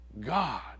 god